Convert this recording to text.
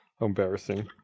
embarrassing